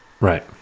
Right